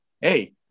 Hey